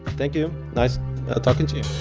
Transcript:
thank you. nice talking to you.